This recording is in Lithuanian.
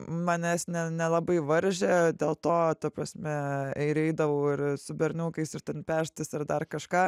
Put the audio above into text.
manęs ne nelabai varžė dėl to ta prasme ir eidavau ir su berniukais ir ten peštis ir dar kažką